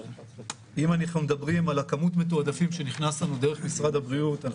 אם אנחנו מדברים על כמות המתועדפים שנכנסת לנו דרך משרד הבריאות,